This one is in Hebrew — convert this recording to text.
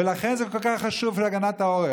ולכן זה כל כך חשוב להגנת העורף.